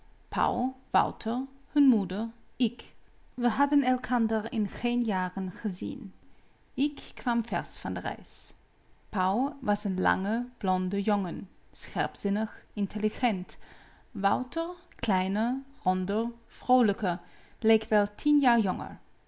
hun moeder ik we hadden elkander in geen jaren gezien ik kwam versch van de reis pauw was een lange blonde jongen scherpzinnig intelligent wouter kleiner ronder vroolijker leek wel tien jaar jonger